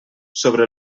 sobre